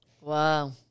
Wow